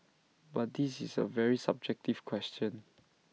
but this is A very subjective question